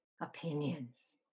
opinions